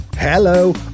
Hello